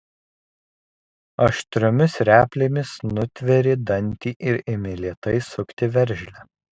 aštriomis replėmis nutveri dantį ir imi lėtai sukti veržlę